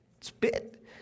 spit